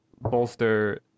bolster